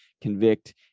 convict